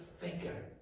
figure